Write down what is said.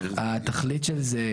התכלית של זה,